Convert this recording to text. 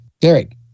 Derek